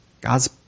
God's